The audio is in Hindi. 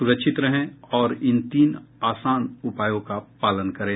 सुरक्षित रहें और इन तीन आसान उपायों का पालन करें